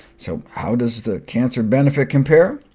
so how does the cancer benefit compare?